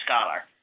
scholar